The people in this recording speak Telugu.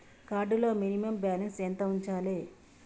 కార్డ్ లో మినిమమ్ బ్యాలెన్స్ ఎంత ఉంచాలే?